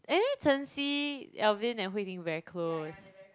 anyway Chen-Xi Alvin and Hui-Ting very close